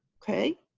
okay.